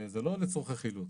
זה לא לצורכי חילוץ.